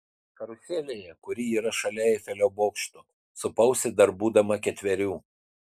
karuselėje kuri yra šalia eifelio bokšto supausi dar būdama ketverių